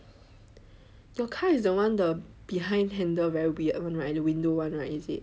but your car is the one the behind handle very weird [one] right the window [one] right is it